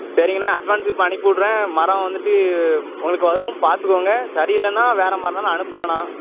சரிங்கண்ண அட்வான்ஸ் இப்போ அனுப்பி விட்றேன் மரம் வந்துட்டு உங்களுக்கு வரும் பார்த்துக்கோங்க சரியில்லன்னால் வேறு மரம்னாலும் அனுப்புகிறேன் நான்